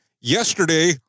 Yesterday